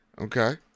okay